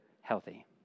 healthy